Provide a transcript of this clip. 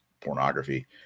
pornography